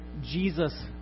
Jesus